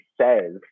says